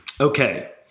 Okay